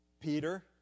Peter